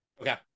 Okay